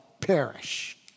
perish